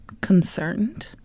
concerned